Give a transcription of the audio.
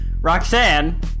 Roxanne